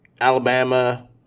Alabama